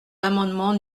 l’amendement